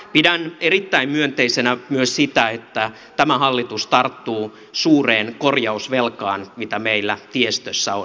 pidän erittäin myönteisenä myös sitä että tämä hallitus tarttuu suureen korjausvelkaan mitä meillä tiestössä on